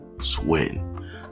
sweating